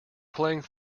playing